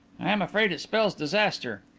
i'm afraid it spells disaster.